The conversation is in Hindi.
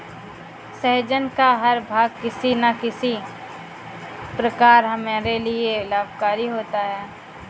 सहजन का हर भाग किसी न किसी प्रकार हमारे लिए लाभकारी होता है